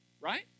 Right